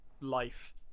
life